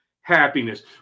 Happiness